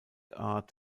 art